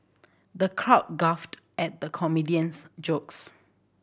the crowd guffawed at the comedian's jokes